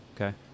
Okay